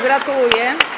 Gratuluję.